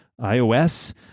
iOS